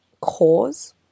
Cause